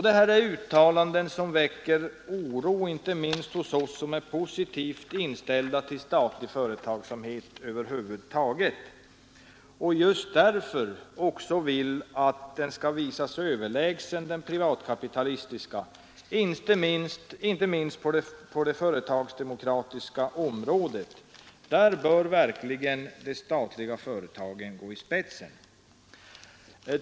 Detta är uttalanden som väcker oro, inte minst hos oss som är positivt inställda till statlig företagsamhet över huvud taget och som just därför vill att den skall visa sig överlägsen den privatkapitalistiska, särskilt på det företagsdemokratiska området. Där bör verkligen de statliga företagen gå i spetsen.